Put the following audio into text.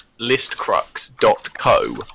listcrux.co